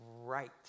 right